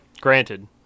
Granted